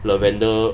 lavender